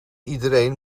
iedereen